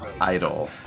idol